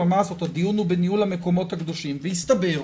אבל מה לעשות הדיון הוא בניהול המקומות הקדושים והסתבר,